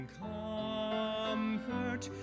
comfort